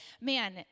man